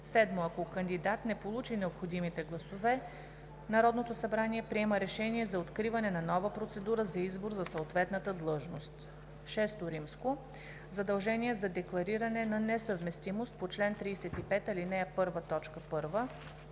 7. Ако кандидат не получи необходимите гласове, Народното събрание приема решение за откриване на нова процедура за избор за съответната длъжност. VI. Задължение за деклариране на несъвместимост по чл. 35, ал. 1, т.